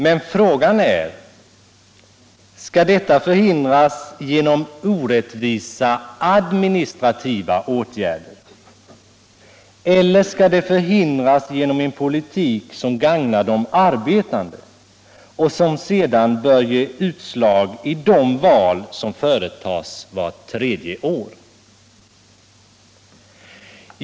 Men frågan är om detta skall förhindras genom orättvisa administrativa åtgärder. Eller skall det förhindras genom en politik som gagnar de arbetande och som sedan bör ge utslag i de val som företas vart tredje år?